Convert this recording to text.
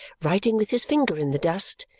writing with his finger in the dust,